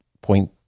point